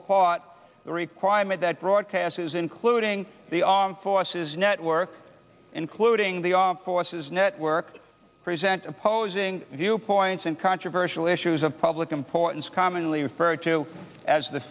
applaud the requirement that broadcasters including the armed forces network including the armed forces network present opposing viewpoints in controversial issues of public importance commonly referred to as the